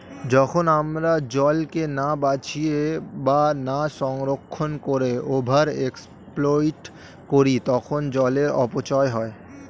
যখন আমরা জলকে না বাঁচিয়ে বা না সংরক্ষণ করে ওভার এক্সপ্লইট করি তখন জলের অপচয় হয়